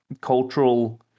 cultural